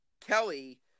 Kelly